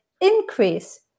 increase